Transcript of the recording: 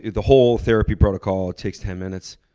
the whole therapy protocol takes ten minutes?